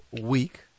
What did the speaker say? week